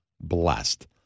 blessed